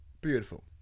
Beautiful